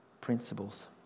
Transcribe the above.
principles